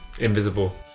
Invisible